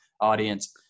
audience